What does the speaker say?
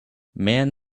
man